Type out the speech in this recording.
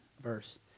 verse